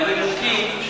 בנימוקים,